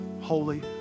holy